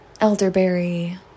elderberry